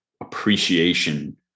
appreciation